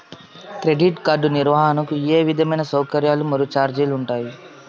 Credit card నిర్వహణకు ఏ విధమైన సౌకర్యాలు మరియు చార్జీలు ఉంటాయా?